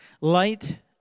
Light